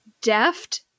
deft